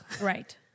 Right